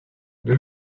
nel